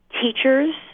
teachers